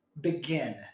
begin